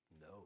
No